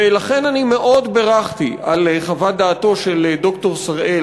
ולכן אני מאוד בירכתי על חוות דעתו של ד"ר שראל,